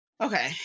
okay